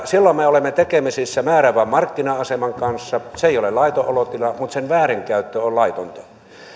silloin me olemme tekemisissä määräävän markkina aseman kanssa se ei ole laiton olotila mutta sen väärinkäyttö on laitonta